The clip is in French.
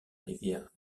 rivière